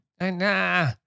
nah